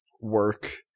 work